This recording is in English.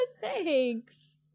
thanks